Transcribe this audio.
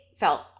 Felt